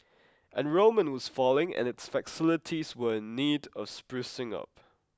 enrolment was falling and its facilities were in need of sprucing up